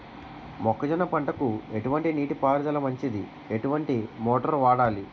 మొక్కజొన్న పంటకు ఎటువంటి నీటి పారుదల మంచిది? ఎటువంటి మోటార్ వాడాలి?